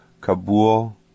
Kabul